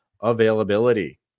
availability